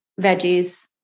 veggies